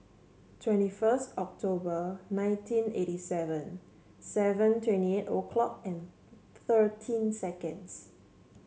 twenty first October nineteen eighty seven seven twenty eight a clock and thirteen seconds